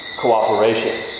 cooperation